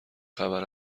خبر